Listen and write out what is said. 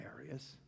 areas